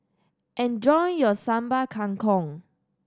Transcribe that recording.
enjoy your Sambal Kangkong